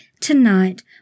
tonight